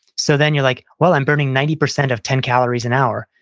so then you're like, well, i'm burning ninety percent of ten calories an hour.